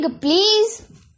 please